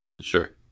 Sure